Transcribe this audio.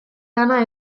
lana